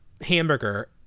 hamburger